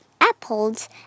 apples